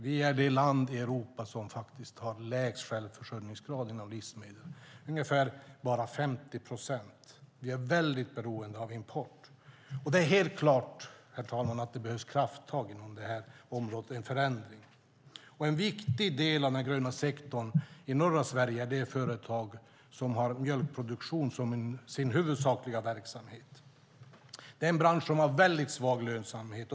Vi är det land i Europa som har lägst självförsörjningsgrad inom livsmedel - bara ungefär 50 procent. Vi är väldigt beroende av import. Det är helt klart, herr talman, att det behövs krafttag och en förändring inom området. En viktig del av den gröna sektorn i norra Sverige är de företag som har mjölkproduktion som sin huvudsakliga verksamhet. Det är en bransch som har väldigt svag lönsamhet.